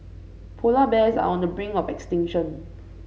polar bears are on the brink of extinction